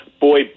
boy